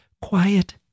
quiet